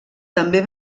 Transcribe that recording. també